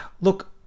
Look